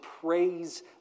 praise